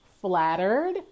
flattered